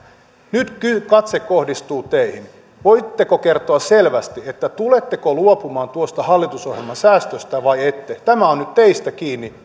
nyt katse kohdistuu teihin voitteko kertoa selvästi tuletteko luopumaan tuosta hallitusohjelmasäästöstä vai ette tämä on nyt teistä kiinni